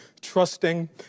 trusting